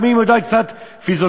גם אם היא יודעת קצת פיזיותרפיה,